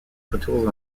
retours